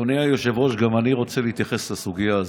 אדוני היושב-ראש, גם אני רוצה להתייחס לסוגיה הזו.